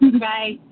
Bye